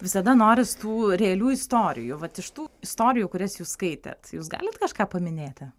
visada noris tų realių istorijų vat iš tų istorijų kurias jūs skaitėt jūs galit kažką paminėti